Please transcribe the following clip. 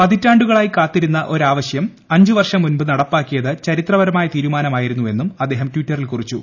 പതിറ്റാണ്ടുകളായി കാത്തിരുന്ന ആവശ്യം അഞ്ചു വർഷം മുമ്പ് നടപ്പാക്കിയത് ചരിത്രപരമായ തീരുമാനമായിരുന്നെന്നും അദ്ദേഹം ട്വിറ്ററിൽ കുറിച്ചു